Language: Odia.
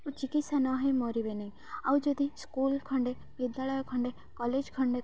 ଚିକିତ୍ସା ନହେଇ ମରିବେ ନାହି ଆଉ ଯଦି ସ୍କୁଲ ଖଣ୍ଡେ ବିଦ୍ୟାଳୟ ଖଣ୍ଡେ କଲେଜ ଖଣ୍ଡେ